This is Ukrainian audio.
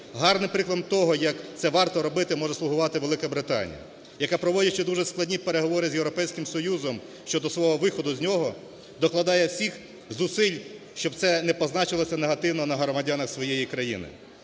Гарним прикладом того, як це варто робити, може слугувати Велика Британія, яка, проводячи дуже складні переговори з Європейським Союзом щодо свого виходу з нього, докладає всіх зусиль, щоб це не позначилося негативно на громадянах своєї країни,